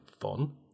fun